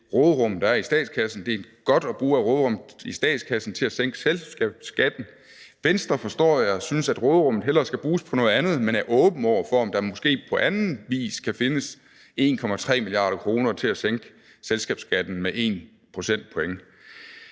måde at bruge af det råderum, der er i statskassen, til at sænke selskabsskatten. Venstre, forstår jeg, synes, at råderummet hellere skal bruges på noget andet, men er åben over for, om der måske på anden vis kan findes 1,3 mia. kr. til at sænke selskabsskatten med 1 procentpoint.